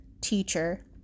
teacher